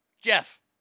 Jeff